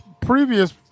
previous